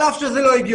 על אף שזה לא הגיוני,